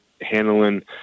handling